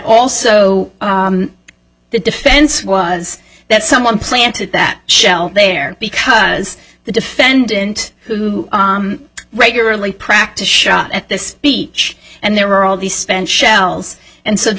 also the defense was that someone planted that shell there because the defendant who regularly practice shot at this beach and there were all these spent shells and so the